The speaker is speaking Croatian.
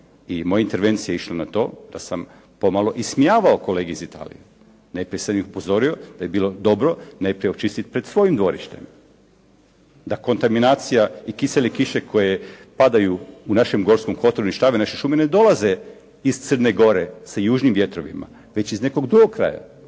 moja intervencija je išla na to da sam pomalo ismijavao kolege iz Italije. Najprije sam ih upozorio da bi bilo dobro najprije očistiti pred svojim dvorištem, da kontaminacija i kisele kiše koje padaju u našem Gorskom Kotaru uništavaju naše šume ne dolaze iz Crne Gore sa južnim vjetrovima, već iz nekog drugog kraja.